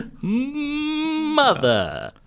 mother